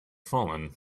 fallen